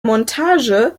montage